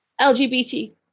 LGBT